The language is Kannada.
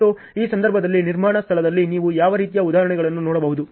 ಮತ್ತು ಈ ಸಂದರ್ಭಗಳಲ್ಲಿ ನಿರ್ಮಾಣ ಸ್ಥಳದಲ್ಲಿ ನೀವು ಯಾವ ರೀತಿಯ ಉದಾಹರಣೆಗಳನ್ನು ನೋಡಬಹುದು